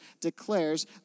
declares